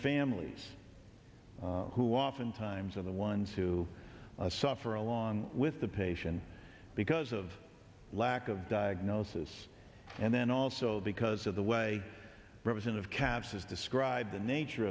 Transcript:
families who oftentimes of the ones who suffer along with the patient because of lack of diagnosis and then also the because of the way i represent of caps is described the nature